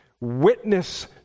witness